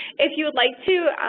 if you would like to,